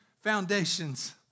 foundations